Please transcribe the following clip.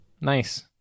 nice